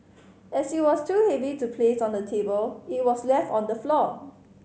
as it was too heavy to placed on the table it was left on the floor